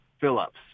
Phillips